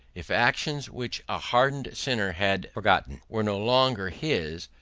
if actions which a hardened sinner had forgotten were no longer his,